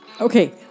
Okay